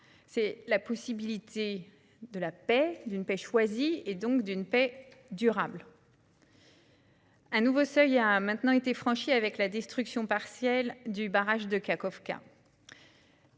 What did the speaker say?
mois la possibilité de la paix- une paix choisie, donc durable. Un nouveau seuil a été franchi avec la destruction partielle du barrage de Kakhovka.